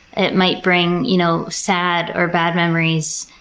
it might bring you know sad or bad memories,